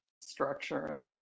Structure